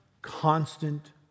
Constant